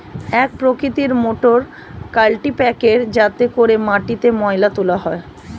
এক প্রকৃতির মোটর কাল্টিপ্যাকের যাতে করে মাটিতে ময়লা তোলা হয়